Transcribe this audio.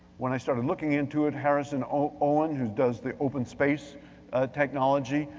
when i started looking into it, harrison owen who does the open space technology,